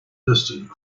listed